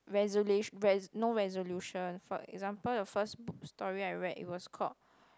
resela~ no resolution for example your first book story I read it was called